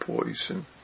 poison